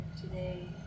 today